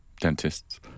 Dentists